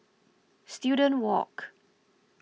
Student Walk